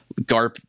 Garp